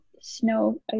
Snow